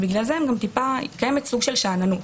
לכן קיימת סוג של שאננות,